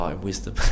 Wisdom